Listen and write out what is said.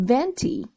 Venti